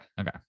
okay